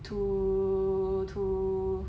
to to